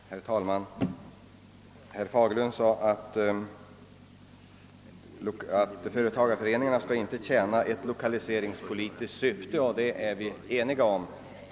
Herr talman! Herr Fagerlund sade att företagareföreningarna inte skall tjäna ett lokaliseringspolitiskt syfte, och det är vi överens om.